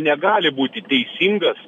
negali būti teisingas